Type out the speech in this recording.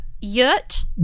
yurt